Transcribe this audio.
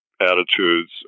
attitudes